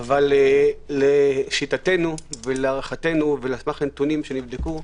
אבל להערכתנו ולשיטתנו ועל סמך נתונים שנבדקו,